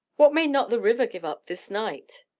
what may not the river give up this night?